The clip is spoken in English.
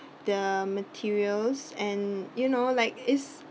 the materials and you know like is